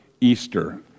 Easter